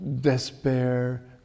despair